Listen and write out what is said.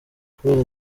kubera